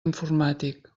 informàtic